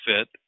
fit